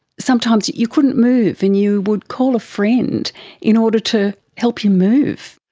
sometimes you you couldn't move and you would call a friend in order to help you move.